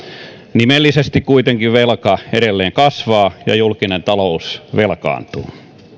nimellisesti velka kuitenkin edelleen kasvaa ja julkinen talous velkaantuu